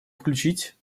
включить